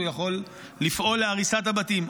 הוא יכול לפעול להריסת הבתים.